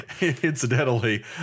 incidentally